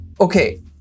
okay